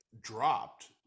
dropped